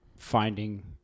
finding